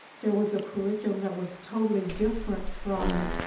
there was a curriculum that was totally different from,